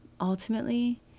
ultimately